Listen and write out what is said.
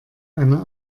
einer